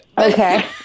Okay